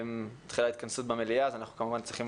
מתחילה התכנסות במליאה אז אנחנו צריכים